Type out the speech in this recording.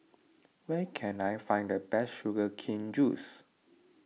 where can I find the best Sugar Cane Juice